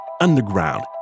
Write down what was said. underground